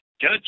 judge